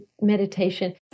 meditation